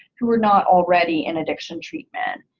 who were not already in addiction treatment.